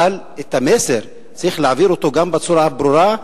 אבל את המסר צריך להעביר גם בצורה ברורה,